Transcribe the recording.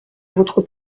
votre